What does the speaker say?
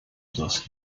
das